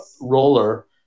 roller